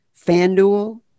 FanDuel